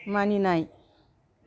मानिनाय